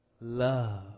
Love